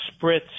Spritz